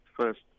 first